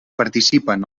participen